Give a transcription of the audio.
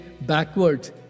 backwards